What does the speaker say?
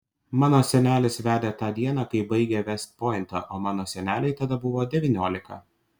mano senelis vedė tą dieną kai baigė vest pointą o mano senelei tada buvo devyniolika